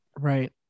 Right